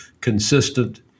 consistent